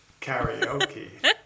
karaoke